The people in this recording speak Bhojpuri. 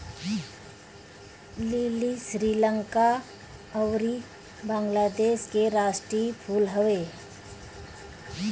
लीली श्रीलंका अउरी बंगलादेश के राष्ट्रीय फूल हवे